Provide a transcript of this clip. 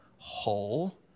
whole